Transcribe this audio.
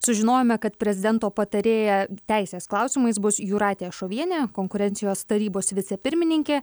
sužinojome kad prezidento patarėja teisės klausimais bus jūratė šovienė konkurencijos tarybos vicepirmininkė